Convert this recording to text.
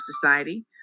society